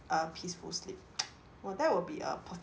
a peaceful sleep well that will be a per~